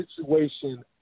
situation